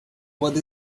what